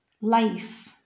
life